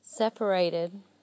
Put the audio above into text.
Separated